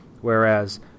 Whereas